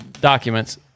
documents